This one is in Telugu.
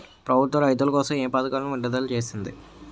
ప్రభుత్వం రైతుల కోసం ఏ పథకాలను విడుదల చేసింది?